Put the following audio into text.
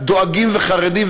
דואגים וחרדים,